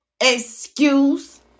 excuse